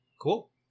cool